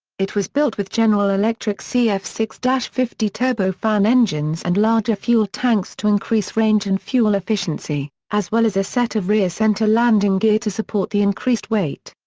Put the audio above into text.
it was built with general electric c f six fifty turbofan engines and larger fuel tanks to increase range and fuel efficiency, as well as a set of rear center landing gear to support the increased weight.